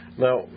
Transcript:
Now